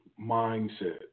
mindset